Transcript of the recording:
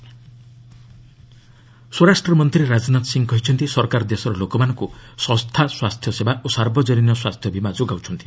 home minister ସ୍ୱରାଷ୍ଟ୍ରମନ୍ତ୍ରୀ ରାଜନାଥ ସିଂହ କହିଛନ୍ତି ସରକାର ଦେଶର ଲୋକମାନଙ୍କୁ ଶସ୍ତା ସ୍ୱାସ୍ଥ୍ୟ ସେବା ଓ ସାର୍ବଜନୀନ ସ୍ୱାସ୍ଥ୍ୟ ବୀମା ଯୋଗାଉଛନ୍ତି